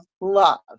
love